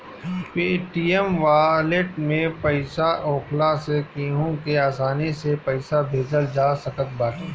Paytm wallet में पईसा होखला से केहू के आसानी से पईसा भेजल जा सकत बाटे